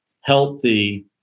healthy